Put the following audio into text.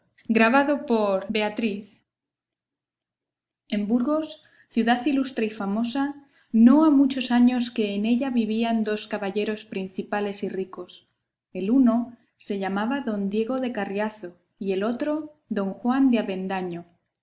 cervantes saavedra en burgos ciudad ilustre y famosa no ha muchos años que en ella vivían dos caballeros principales y ricos el uno se llamaba don diego de carriazo y el otro don juan de avendaño